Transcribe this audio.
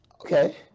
Okay